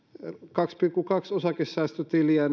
kaksi pilkku kaksi miljoonaa osakesäästötiliä